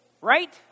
right